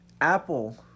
Apple